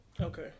Okay